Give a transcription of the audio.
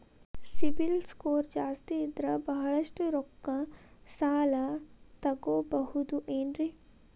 CIBIL score ಜಾಸ್ತಿ ಇದ್ರ ಬಹಳಷ್ಟು ರೊಕ್ಕ ಸಾಲ ತಗೋಬಹುದು ಏನ್ರಿ?